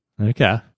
Okay